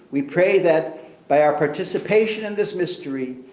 we pray that by our participation in this mystery,